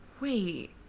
Wait